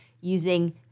using